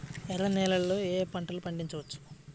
ఎర్ర నేలలలో ఏయే పంటలు పండించవచ్చు?